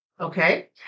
Okay